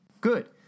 Good